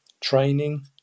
training